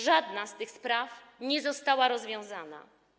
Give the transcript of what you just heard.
Żadna z tych spraw nie została rozwiązana.